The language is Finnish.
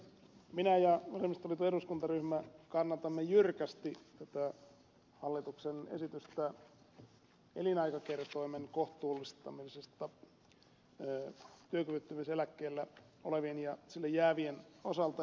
minä ja vasemmistoliiton eduskuntaryhmä kannatamme jyrkästi tätä hallituksen esitystä elinaikakertoimen kohtuullistamisesta työkyvyttömyyseläkkeellä olevien ja sille jäävien osalta